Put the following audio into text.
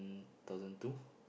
thousand two